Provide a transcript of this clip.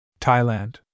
Thailand